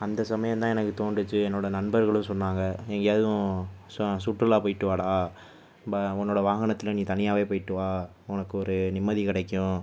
அந்த சமயந்தான் எனக்கு தோண்டுச்சு என்னோடய நண்பர்களும் சொன்னாங்க நீ எங்கேயாதும் ச சுற்றுலா போயிட்டு வாடா ப உன்னோடய வாகனத்தில் நீ தனியாவே போயிட்டு வா உனக்கு ஒரு நிம்மதி கிடைக்கும்